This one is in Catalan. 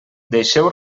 deixeu